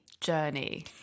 journey